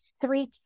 three